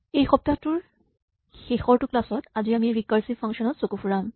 এই সপ্তাহটোৰ শেষৰটো ক্লাচ ত আজি আমি ৰিকাৰছিভ ফাংচন ত চকু ফুৰাম